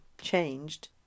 changed